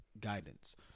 guidance